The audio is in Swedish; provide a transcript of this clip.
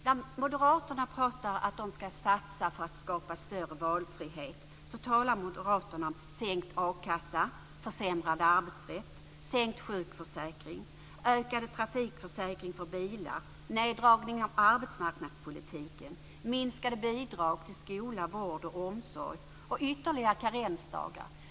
När moderaterna pratar om att de ska satsa för att skapa större valfrihet talar de om sänkt a-kassa, försämrad arbetsrätt, sänkt sjukförsäkring, ökad trafikförsäkring för bilar, neddragning av arbetsmarknadspolitiken, minskade bidrag till skola, vård och omsorg och ytterligare karensdagar.